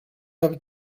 have